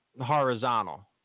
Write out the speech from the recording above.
horizontal